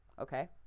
okay